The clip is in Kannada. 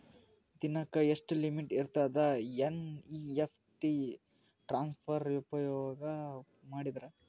ದಿನಕ್ಕ ಎಷ್ಟ ಲಿಮಿಟ್ ಇರತದ ಎನ್.ಇ.ಎಫ್.ಟಿ ಟ್ರಾನ್ಸಫರ್ ಉಪಯೋಗ ಮಾಡಿದರ?